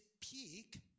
peak